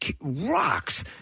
rocks